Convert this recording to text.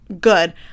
good